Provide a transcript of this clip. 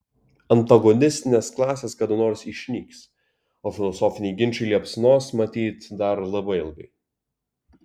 antagonistinės klasės kada nors išnyks o filosofiniai ginčai liepsnos matyt dar labai ilgai